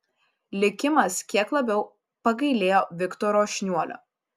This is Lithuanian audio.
likimas kiek labiau pagailėjo viktoro šniuolio